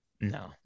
No